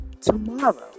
tomorrow